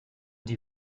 die